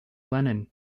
lenin